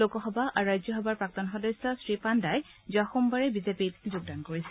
লোকসভা আৰু ৰাজ্যসভাৰ প্ৰাক্তন সদস্য শ্ৰী পাণ্ডাই যোৱা সোমবাৰে বিজেপিত যোগদান কৰিছিল